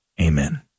Amen